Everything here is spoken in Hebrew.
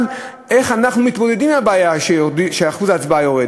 אבל איך אנחנו מתמודדים עם הבעיה שאחוז ההצבעה יורד?